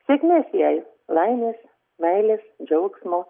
sėkmės jai laimės meilės džiaugsmo